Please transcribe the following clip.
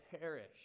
perish